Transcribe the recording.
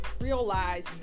realize